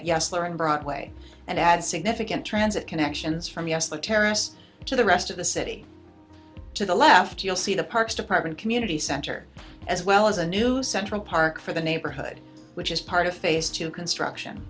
yes learn broadway and add significant transit connections from yes the terrace to the rest of the city to the left you'll see the parks department community center as well as a new central park for the neighborhood which is part of phase two construction